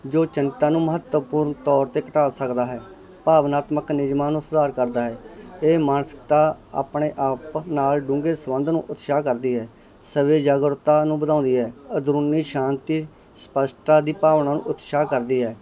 ਜੋ ਜਨਤਾ ਨੂੰ ਮਹੱਤਵਪੂਰਨ ਤੌਰ 'ਤੇ ਘਟਾ ਸਕਦਾ ਹੈ ਭਾਵਨਾਤਮਕ ਨਿਯਮਾਂ ਨੂੰ ਸੁਧਾਰ ਕਰਦਾ ਹੈ ਇਹ ਮਾਨਸਿਕਤਾ ਆਪਣੇ ਆਪ ਨਾਲ ਡੂੰਘੇ ਸੰਬੰਧ ਨੂੰ ਉਤਸ਼ਾਹ ਕਰਦੀ ਹੈ ਸਵੈਜਾਗਰੂਕਤਾ ਨੂੰ ਵਧਾਉਂਦੀ ਹੈ ਅੰਦਰੂਨੀ ਸ਼ਾਂਤੀ ਸਪੱਸ਼ਟਤਾ ਦੀ ਭਾਵਨਾ ਨੂੰ ਉਤਸ਼ਾਹ ਕਰਦੀ ਹੈ